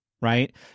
Right